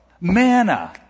manna